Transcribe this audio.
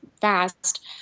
fast